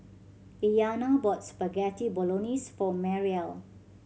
Iyana bought Spaghetti Bolognese for Mariel